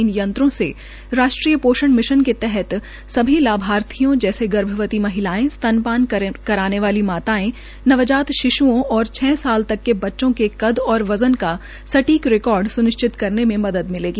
इन यंत्रों से राष्ट्रीय पोषण मिशन के तहत सभी लाभार्थियों जैसे गर्भवती महिलाएं स्तानपान कराने वाली मातांए नवजात शिश्ओं और छ साल तक के बच्चों के कद और वज़न का स्टीक रिकार्ड स्निश्चित करने में मदद मिलेगी